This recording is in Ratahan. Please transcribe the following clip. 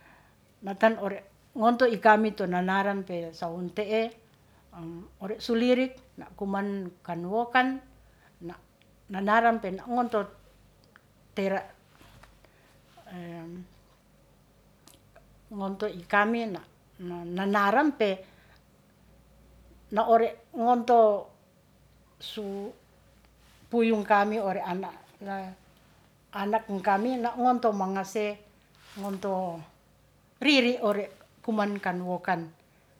Natan ore ngonto i kami to nanaran pe sa wunte'e, ore su lirik na' kuman kan wokan na', nanawaran pe na ngonto tera ngonto i kami na' nanaran pe na ore ngonto su puyung kami ore ana, na anak i kami na ngonto mangase ngonto riri ore kuman kan wokan